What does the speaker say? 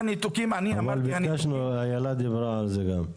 אבל ביקשנו, אילה דיברה על זה גם.